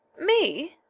me?